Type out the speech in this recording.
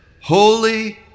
holy